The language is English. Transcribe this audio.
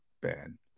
Ben